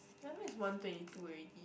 ya now is one twenty two already